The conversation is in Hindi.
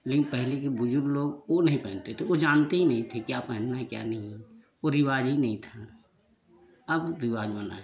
लेकिन पहले के बुजुर्ग लोग वो नहीं पहनते वो जानते ही नहीं थे कि क्या पहनना है क्या नहीं वो रिवाज ही नहीं था अब रिवाज बना है